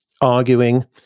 arguing